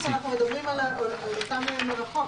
בחינוך אנחנו מדברים על למידה מרחוק,